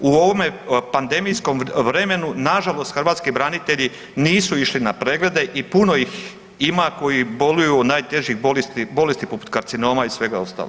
U ovom pandemijskom vremenu na žalost hrvatski branitelji nisu išli na preglede i puno ih ima koji boluju od najtežih bolesti poput karcinoma i svega ostalog.